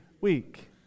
week